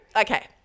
Okay